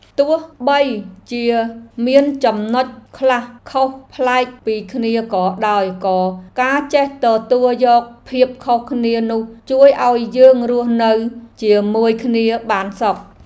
ទោះបីជាមានចំណុចខ្លះខុសប្លែកពីគ្នាក៏ដោយក៏ការចេះទទួលយកភាពខុសគ្នានោះជួយឱ្យយើងរស់នៅជាមួយគ្នាបានសុខ។